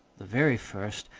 the very first,